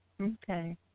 Okay